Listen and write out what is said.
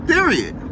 Period